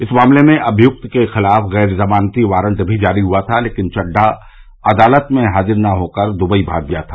इस मामले में अभियुक्त के खिलाफ गैर जमानती वारंट भी जारी हुआ था लेकिन चड़्डा अदालत में हाज़िर न होकर दुबई भाग गया था